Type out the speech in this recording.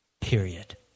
Period